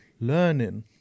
learning